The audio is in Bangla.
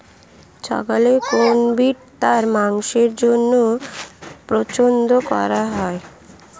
ছাগলের কোন ব্রিড তার মাংসের জন্য পছন্দ করা হয়?